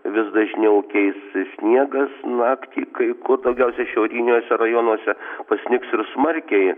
vis dažniau keis sniegas naktį kai kur daugiausia šiauriniuose rajonuose pasnigs ir smarkiai